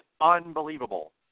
unbelievable